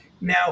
Now